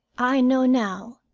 i know now,